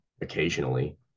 occasionally –